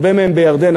הרבה מהם בירדן,